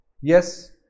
Yes